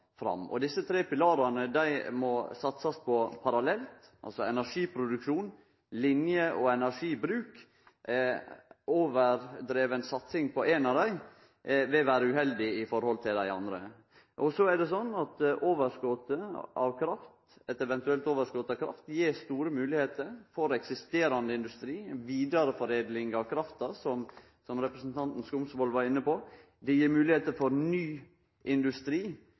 Desse tre pilarane må det satsast på parallelt – altså energiproduksjon, linjer og energibruk. Overdriven satsing på ein av dei vil vere uheldig i forhold til dei andre. Eit eventuelt overskot av kraft gir store moglegheiter for eksisterande industri og vidareforedling av krafta, som representanten Skumsvoll var inne på, og det gir moglegheiter for ny industri.